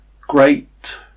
great